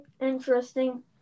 Interesting